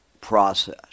process